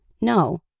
No